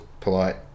polite